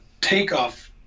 takeoff